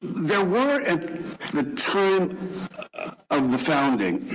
there were, at the time of the founding,